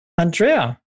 Andrea